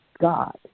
God